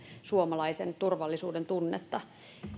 suomalaisen turvallisuudentunnetta